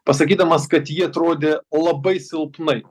pasakydamas kad ji atrodė labai silpnai